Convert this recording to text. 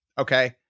Okay